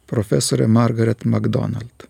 profesorė margaret makdonald